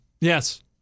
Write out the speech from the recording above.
Yes